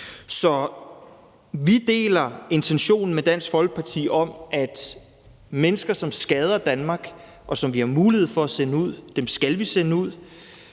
Så vi deler intentionen med Dansk Folkeparti om, at mennesker, som skader Danmark, og som vi har mulighed for at sende ud, skal vi sende ud.